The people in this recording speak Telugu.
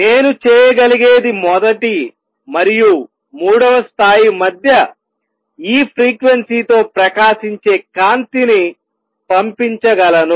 నేను చేయగలిగేది మొదటి మరియు మూడవ స్థాయి మధ్య ఈ ఫ్రీక్వెన్సీ తో ప్రకాశించే కాంతిని పంపించగలను